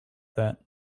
that